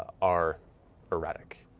are erratic,